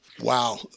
Wow